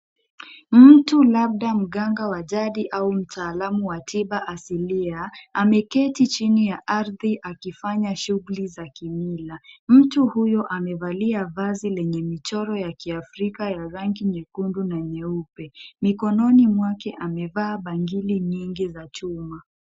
Mtu labda mganga wa jadi au mtaalamu wa tiba asilia, ameketi chini ya ardhi akifanya shughuli za kimila. Mtu huyo amevalia vazi lenye michoro ya kiafrika ya rangi nyekundu na nyeupe. Mikononi mwake amevaa bangili nyingi za chuma.